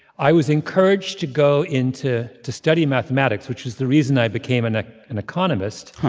i was encouraged to go into to study mathematics, which is the reason i became an ah an economist,